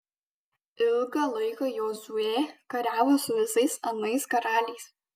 ilgą laiką jozuė kariavo su visais anais karaliais